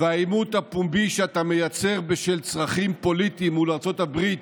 והעימות הפומבי שאתה מייצר בשל צרכים פוליטיים מול ארצות הברית,